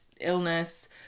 illness